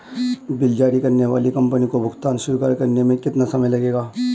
Bill जारी करने वाली कंपनी को भुगतान स्वीकार करने में कितना समय लगेगा?